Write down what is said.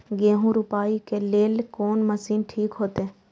गेहूं रोपाई के लेल कोन मशीन ठीक होते?